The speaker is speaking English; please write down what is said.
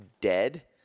dead –